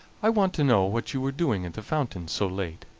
i want to know what you were doing at the fountain so late?